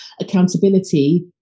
accountability